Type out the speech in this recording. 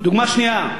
דוגמה שנייה,